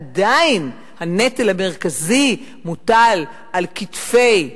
עדיין הנטל המרכזי מוטל על כתפי הנשים,